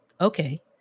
okay